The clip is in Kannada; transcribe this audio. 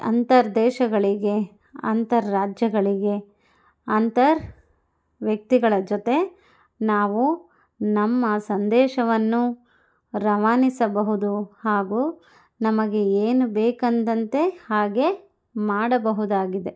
ಅಂತರ್ದೇಶಗಳಿಗೆ ಅಂತರರಾಜ್ಯಗಳಿಗೆ ಅಂತರ್ ವ್ಯಕ್ತಿಗಳ ಜೊತೆ ನಾವು ನಮ್ಮ ಸಂದೇಶವನ್ನು ರವಾನಿಸಬಹುದು ಹಾಗು ನಮಗೆ ಏನು ಬೇಕಂದಂತೆ ಹಾಗೆ ಮಾಡಬಹುದಾಗಿದೆ